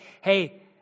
hey